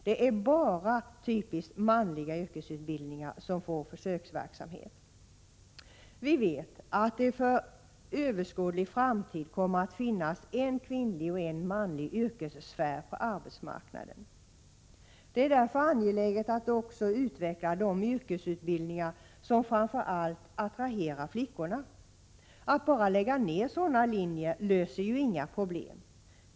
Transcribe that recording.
Det anordnas bara försöksverksamhet inom typiskt manliga yrkesutbildningar. Vi vet att det inom överskådlig framtid kommer att finnas en kvinnlig och en manlig yrkessfär på arbetsmarknaden. Det är därför angeläget att också utveckla de yrkesutbildningar som framför allt attraherar flickorna. Att bara lägga ned sådana linjer löser inga problem.